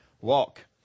walk